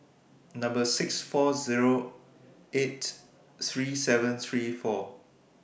six four Zero eight three seven three four